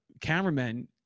cameramen